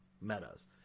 metas